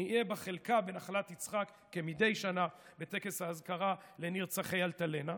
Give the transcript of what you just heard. נהיה בחלקה בנחלת יצחק כמדי שנה בטקס האזכרה לנרצחי אלטלנה.